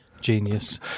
genius